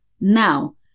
Now